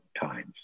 times